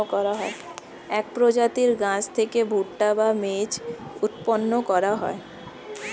এক প্রজাতির গাছ থেকে ভুট্টা বা মেজ উৎপন্ন হয়